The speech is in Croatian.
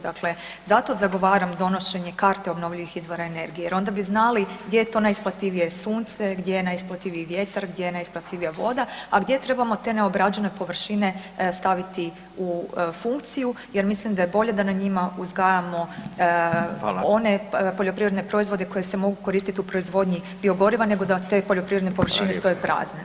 Dakle, zato zagovaram donošenje karte obnovljivih izvora energije jer onda bi znali da je to najisplativije sunce, gdje je najisplativiji vjetar, gdje je najisplativija voda, a gdje trebamo te neobrađene površine staviti u funkciju jer mislim da je bolje da na njima uzgajamo one poljoprivredne proizvode koji se mogu koristiti u proizvodnji biogoriva nego da te poljoprivredne površine stoje prazne.